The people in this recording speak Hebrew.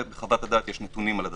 ובחוות הדעת יש נתונים על זה.